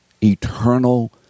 eternal